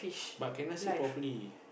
but can I see properly